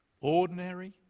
ordinary